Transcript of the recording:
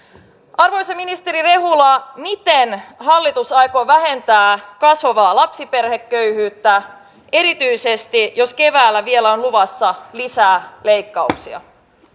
arvoisa ministeri rehula miten hallitus aikoo vähentää kasvavaa lapsiperheköyhyyttä erityisesti jos keväällä vielä on luvassa lisää leikkauksia